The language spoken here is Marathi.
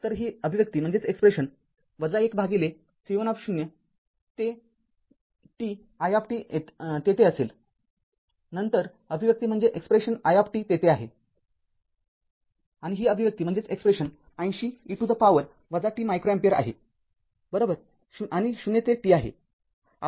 तरही अभिव्यक्ती Expressib t i तेथे असेल नंतर अभिव्यक्ती i तेथे आहे आणि ही अभिव्यक्ती ८० e to the power t micro ampere आहे बरोबर आणि ० ते t आहे